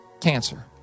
cancer